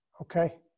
Okay